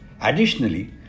Additionally